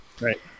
Right